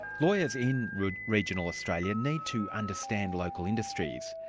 lawyers in regional australia need to understand local industries.